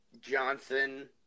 Johnson